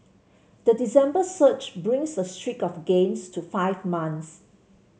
the December surge brings the streak of gains to five months